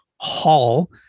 hall